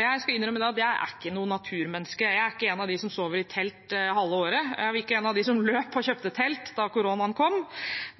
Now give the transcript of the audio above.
Jeg skal innrømme at jeg ikke er noe naturmenneske. Jeg er ikke en av dem som sover i telt halve året. Jeg var ikke en av dem som løp og kjøpte telt da koronaen kom.